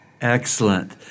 Excellent